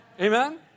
Amen